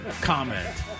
Comment